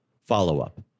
follow-up